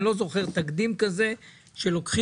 אני לא זוכר תקדים כזה שלוקחים